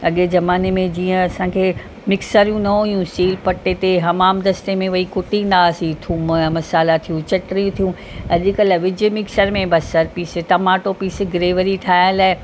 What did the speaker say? अॻे ज़माने में जीअं असांखे मिक्सरूं न हुयूं सिलपटे ते हमाम दस्ते में वेई कुटींदा हुआसीं थूम मसाला थियूं चटिणी थियूं अॼुकल्ह विझु मिक्सर में बसरु पीस टमाटो पीस ग्रेवरी ठाहे लाइ